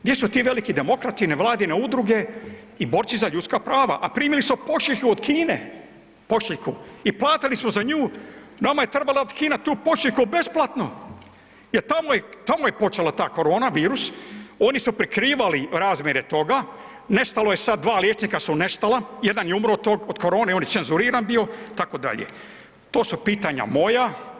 Gdje su ti veliki demokrati, nevladine udruge i borci za ljudska prava, a primili su pošiljku od Kine, pošiljku i platili smo za nju, nama je trebala dati Kina tu pošiljku besplatno jer tamo je, tamo je počela ta korona virus, oni su prikrivali razmjere toga, nestalo je sad 2 liječnika su nestala, jedan je umro od korone on je cenzuriran bio itd., to su pitanja moja.